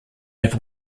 have